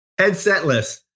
headsetless